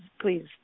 please